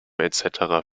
etc